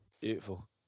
Beautiful